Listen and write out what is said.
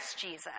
Jesus